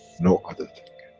no other